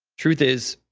truth is,